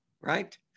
right